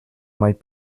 might